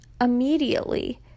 Immediately